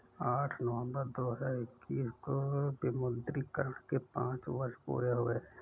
आठ नवंबर दो हजार इक्कीस को विमुद्रीकरण के पांच वर्ष पूरे हो गए हैं